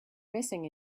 missing